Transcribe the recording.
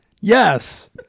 Yes